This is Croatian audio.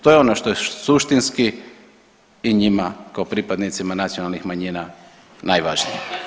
To je ono što je suštinski i njima kao pripadnicima nacionalnih manjina najvažnije.